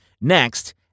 Next